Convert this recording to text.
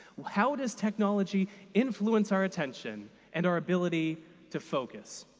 how does technology influence our attention and our ability to focus?